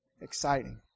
Exciting